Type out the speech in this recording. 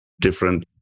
different